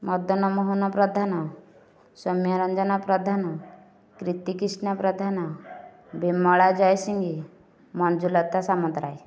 Madanmohan Pradhan Soumyaranjan Pradhan Kritikrishna Pradhan Bimala Jaysingh Manjulata Samantaray